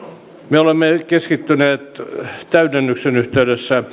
me olemme keskittyneet täydennyksen yhteydessä